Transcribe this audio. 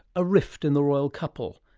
a rift in the royal couple,